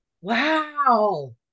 Wow